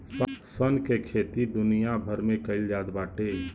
सन के खेती दुनिया भर में कईल जात बाटे